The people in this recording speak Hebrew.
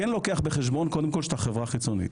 לוקח בחשבון קודם כל שאתה חברה חיצונית,